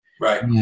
Right